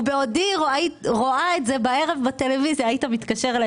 ובעודי רואה את זה בערב בטלוויזיה היית מתקשר אליי